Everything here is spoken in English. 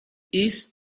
east